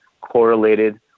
correlated